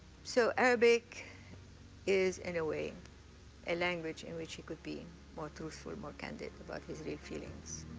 so arabic is in a way a language in which he could be more truthful, more candid about his real feelings.